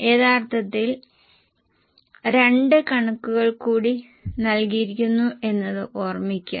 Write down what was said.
യഥാർത്ഥത്തിൽ രണ്ട് കണക്കുകൾ കൂടി നൽകിയിരുന്നു എന്നത് ഓർമ്മിക്കുക